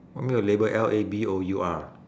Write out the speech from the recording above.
what you mean by labour L A B O U R